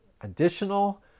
additional